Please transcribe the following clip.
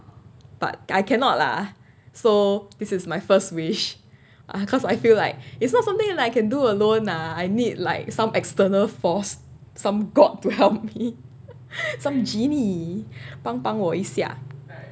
but I cannot lah so this is my first wish ah cause I feel like it's not something like I can do alone lah I need like some external force some god to help me some genie 帮帮我一下